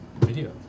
video